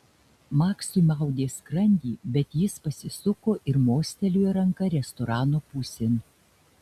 maksui maudė skrandį bet jis pasisuko ir mostelėjo ranka restorano pusėn